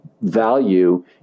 value